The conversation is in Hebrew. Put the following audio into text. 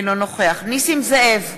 נסים זאב,